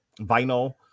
Vinyl